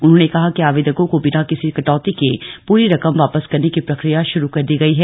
उन्होंने कहा कि आवेदकों को बिना किसी कटौती के पूरी रकम वापस करने की प्रक्रिया शुरू कर दी गई है